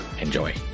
Enjoy